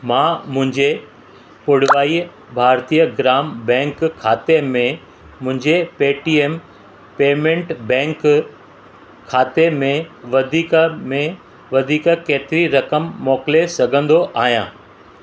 मां मुंहिंजे पुडुवई भारतीय ग्राम बैंक खाते में मुंहिंजे पेटीएम पेमेंट बैंक खाते में वधीक में वधीक केतिरी रक़म मोकिले सघंदो आहियां